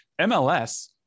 MLS